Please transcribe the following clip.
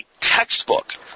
textbook